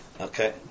Okay